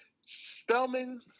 Spelman